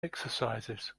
exercises